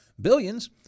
billions